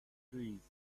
trees